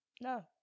No